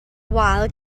wal